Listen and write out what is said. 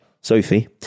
Sophie